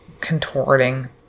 contorting